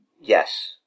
Yes